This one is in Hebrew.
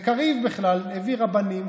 קריב בכלל הביא רבנים,